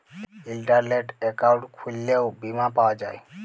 ইলটারলেট account খুইললেও বীমা পাউয়া যায়